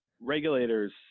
Regulators